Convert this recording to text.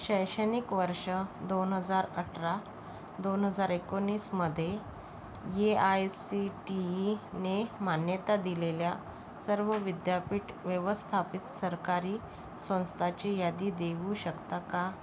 शैक्षणिक वर्ष दोन हजार अठरा दोन हजार एकोणीसमध्ये ए आय सी टी ईने मान्यता दिलेल्या सर्व विद्यापीठ व्यवस्थापित सरकारी संस्थाची यादी देऊ शकता का